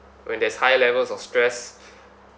when there's high levels of stress